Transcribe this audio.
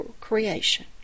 creation